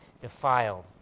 defiled